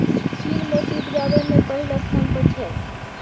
चीन मोती उपजाबै मे पहिल स्थान पर छै